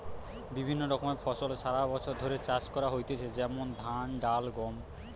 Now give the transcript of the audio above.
বিভিন্ন রকমের ফসল সারা বছর ধরে চাষ করা হইতেছে যেমন ধান, ডাল, গম